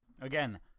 Again